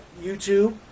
YouTube